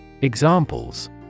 Examples